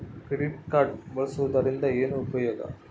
Credit card ಬಳಸುವದರಿಂದ ಏನು ಉಪಯೋಗ?